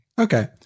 Okay